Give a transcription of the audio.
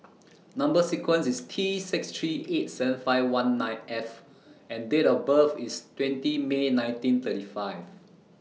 Number sequence IS T six three eight seven five one nine F and Date of birth IS twenty May nineteen thirty five